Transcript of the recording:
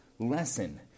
Lesson